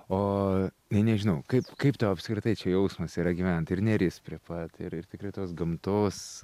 o tai nežinau kaip kaip tau apskritai čia jausmas yra gyvent ir neris prie pat ir ir tikrai tos gamtos